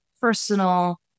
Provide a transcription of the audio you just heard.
personal